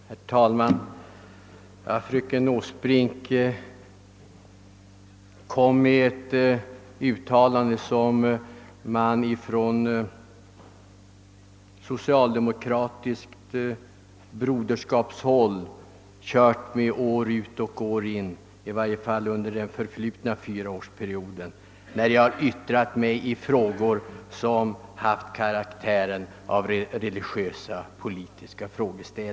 Herr talman! Fröken Åsbrink gjorde ett uttalande som man ifrån socialdemokratiskt broderskapshåll kört med år ut och år in, i varje fall vid de tillfällen under den förflutna fyraårsperioden som jag yttrat mig i frågor av religiöstpolitisk karaktär.